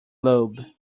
lube